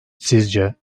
sizce